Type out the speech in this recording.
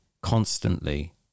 constantly